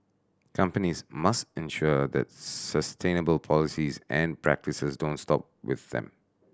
companies must ensure that sustainable policies and practices don't stop with them